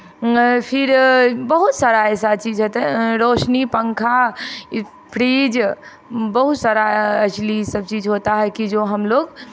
फिर बहुत सारा ऐसा चीज़ होते रोशनी पंखा ये फ्रीज़ बहुत सारा ऐक्चुअली सब चीज़ होता है कि जो हम लोग